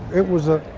it was a,